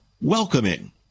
welcoming